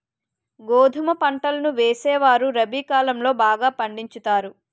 గోధుమ పంటలను వేసేవారు రబి కాలం లో బాగా పండించుతారు